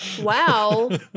Wow